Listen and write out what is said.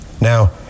Now